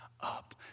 up